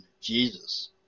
Jesus